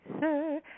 sir